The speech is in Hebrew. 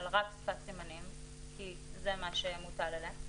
רק שפת סימנים כי זה מה שמוטל עליהם.